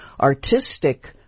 artistic